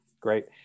Great